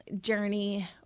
journey